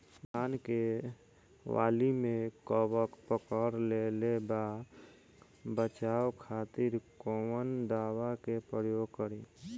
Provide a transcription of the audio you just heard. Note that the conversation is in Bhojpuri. धान के वाली में कवक पकड़ लेले बा बचाव खातिर कोवन दावा के प्रयोग करी?